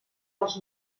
dels